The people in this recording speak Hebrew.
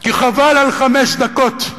כי חבל על חמש דקות,